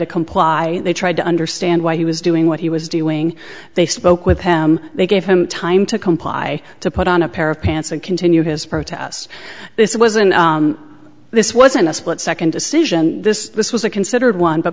to comply they tried to understand why he was doing what he was doing they spoke with him they gave him time to comply to put on a pair of pants and continue his protests this wasn't this wasn't a split second decision this this was a considered one but